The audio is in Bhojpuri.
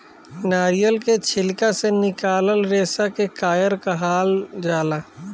नारियल के छिलका से निकलाल रेसा के कायर कहाल जाला